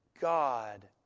God